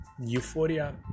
euphoria